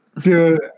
Dude